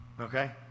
Okay